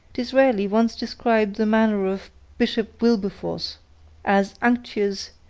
disraeli once described the manner of bishop wilberforce as unctuous,